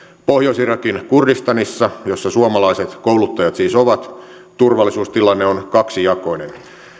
pohjois irakin kurdistanissa jossa suomalaiset kouluttajat siis ovat turvallisuustilanne on kaksijakoinen